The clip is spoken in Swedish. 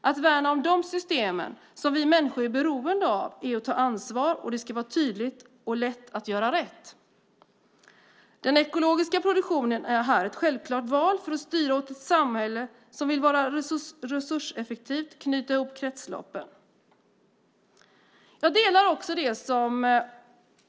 Att värna om de system vi människor är beroende av är att ta ansvar. Det ska vara tydligt och lätt att göra rätt! Den ekologiska produktionen är här ett självklart val för att styra mot ett samhälle som vill vara resurseffektivt och knyta ihop kretsloppen. Jag delar också det som